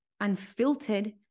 unfiltered